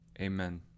amen